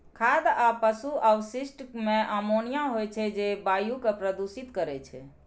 खाद आ पशु अवशिष्ट मे अमोनिया होइ छै, जे वायु कें प्रदूषित करै छै